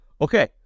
Okay